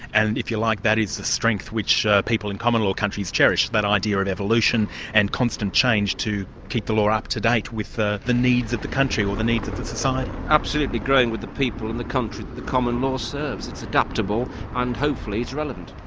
and, if you like, that is the strength which people in common law countries cherish, that idea of evolution and constant change to keep the law up to date with the the needs of the country or the needs of the society. absolutely, growing with the people and the country that the common law serves, it's adaptable and, hopefully, it's relevant.